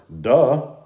duh